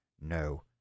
No